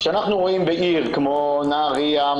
כשאנחנו רואים בעיר כמו נהריה,